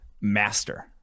master